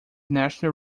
national